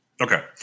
Okay